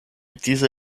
diese